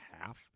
half